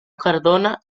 cardona